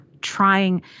trying